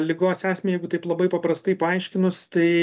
ligos esmę jeigu taip labai paprastai paaiškinus tai